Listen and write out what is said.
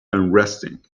unresting